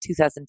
2010